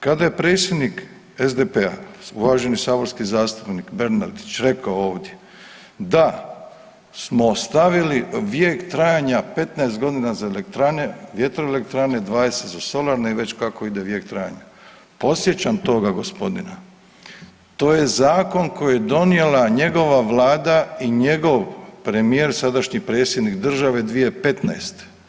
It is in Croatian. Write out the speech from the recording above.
Kada je predsjednik SDP-a uvaženi saborski zastupnik Bernardić rekao ovdje da smo stavili vijek trajanja 15 godina za elektrane, vjetroelektrane, 20 za solarne i već kako ide vijek trajanja, podsjećam toga gospodina to je zakon koji je donijela njegova vlada i njegov premijer sadašnji predsjednik države 2015.